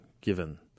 given